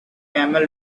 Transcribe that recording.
camel